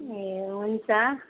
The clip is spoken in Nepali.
ए हुन्छ